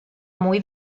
muy